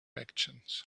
actions